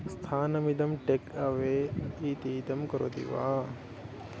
स्थानमिदं take away इतीदं करोति वा